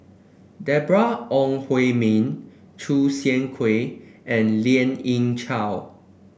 Deborah Ong Hui Min Choo Seng Quee and Lien Ying Chow